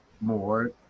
more